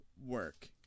work